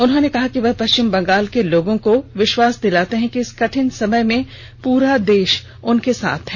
उन्होंने कहा कि वह पश्चिम बंगाल के लोगों को विश्वास दिलाते हैं कि इस कठिन समय में पूरा देश उनके साथ खड़ा है